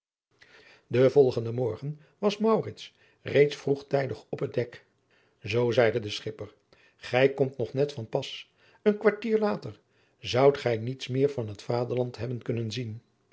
den volgenden morgen was maurits reeds vroegtijdig op het dek zoo zeide de schipper gij komt nog net van pas een kwartier later zoudt gij niets meer van het vaderland hebben kunnen zien